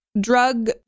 drug